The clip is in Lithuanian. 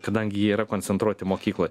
kadangi jie yra koncentruoti mokykloj